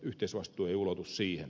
yhteisvastuu ei ulotu siihen